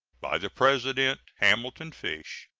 by the president hamilton fish,